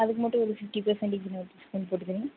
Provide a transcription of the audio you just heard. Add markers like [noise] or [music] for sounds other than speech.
அதுக்கு மட்டும் fifty percent [unintelligible] discount போட்டுக்குறேன்